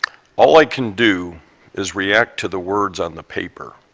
ah like can do is react to the words on the paper.